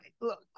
Look